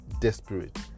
desperate